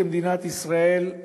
כמדינת ישראל,